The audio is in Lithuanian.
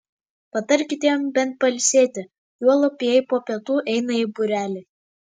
patarkite jam bent pailsėti juolab jei po pietų eina į būrelį